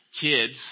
Kids